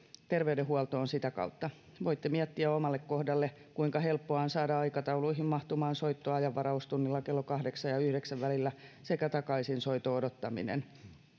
terveydenhuoltoon sitä kautta voitte miettiä omalle kohdalle kuinka helppoa on saada aikatauluihin mahtumaan soitto ajanvaraustunnilla kello kahdeksan ja yhdeksän välillä sekä takaisinsoiton odottaminen